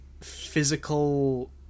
physical